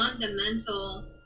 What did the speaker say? fundamental